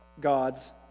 God's